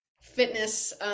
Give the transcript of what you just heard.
fitness